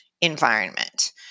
environment